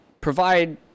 provide